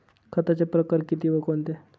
खताचे प्रकार किती व कोणते?